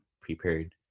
prepared